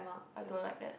I don't like that